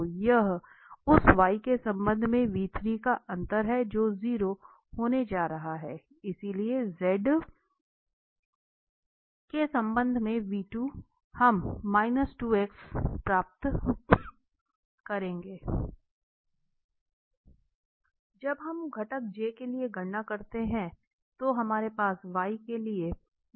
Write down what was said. तो यह उस y के संबंध में का अंतर है जो 0 होने जा रहा है इसलिए z के संबंध में हम 2x प्राप्त करेंगे जब हम घटक के लिए गणना करते हैं तो हमारे पास y के लिए है